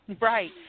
Right